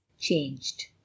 changed